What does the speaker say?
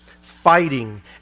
fighting